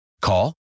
Call